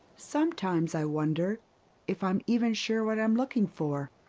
sometimes i wonder if i'm even sure what i'm looking for.